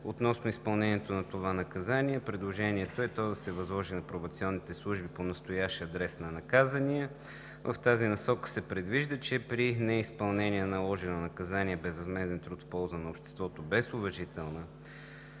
Относно изпълнението на това наказание предложението е то да се възложи на пробационните служби по настоящ адрес на наказания. В тази насока се предвижда, че при неизпълнение на наложено наказание безвъзмезден труд в полза на обществото без уважителна